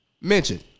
mention